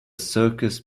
circus